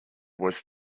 was